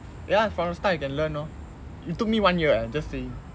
ya from the start you can learn oh it took me one year eh just saying